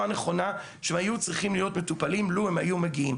הנכונה שהם היו צריכים להיות מטופלים לו הם היו מגיעים.